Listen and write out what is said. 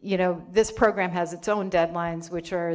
you know this program has its own deadlines which are